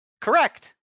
Correct